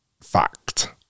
fact